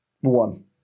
One